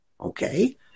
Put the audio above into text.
okay